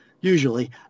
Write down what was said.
usually